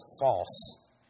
false